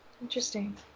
Interesting